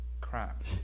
crap